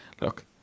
Look